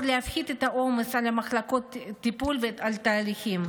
להפחית את העומס על מחלקות טיפול ועל תהליכים,